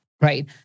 right